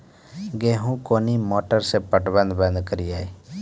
गेहूँ कोनी मोटर से पटवन बंद करिए?